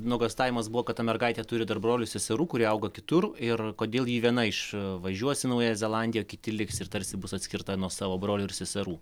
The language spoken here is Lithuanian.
nuogąstavimas buvo kad ta mergaitė turi dar brolių seserų kurie auga kitur ir kodėl ji viena iš važiuos į naująją zelandiją o kiti liks ir tarsi bus atskirta nuo savo brolių ir seserų